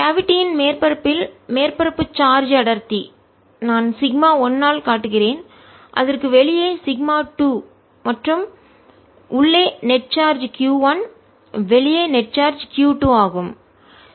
கேவிட்டியின் குழியின் மேற்பரப்பில் மேற்பரப்பு சார்ஜ் அடர்த்தி நான் σ 1 சிக்மா ஆல் காட்டுகிறேன் அதற்கு வெளியே σ 2 மற்றும் உள்ளே நெட் நிகர சார்ஜ் Q 1 வெளியே நெட் நிகர சார்ஜ் Q 2 ஆகும்